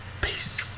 Peace